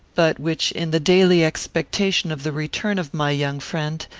but which, in the daily expectation of the return of my young friend,